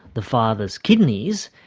the father's kidneys,